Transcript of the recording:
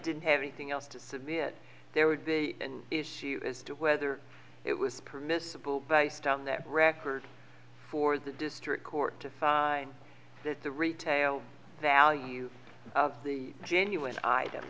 didn't have anything else to submit there would be an issue as to whether it was permissible based on that record for the district court to find that the retail value of the genuine i